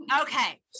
Okay